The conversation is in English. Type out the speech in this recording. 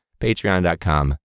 Patreon.com